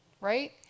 right